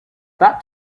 that